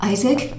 Isaac